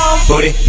Booty